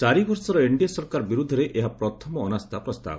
ଚାରିବର୍ଷର NDA ସରକାର ବିରୁଦ୍ଧରେ ଏହା ପ୍ରଥମ ଅନାସ୍ଥା ପ୍ରସ୍ତାବ